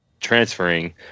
transferring